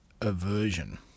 aversion